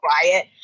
quiet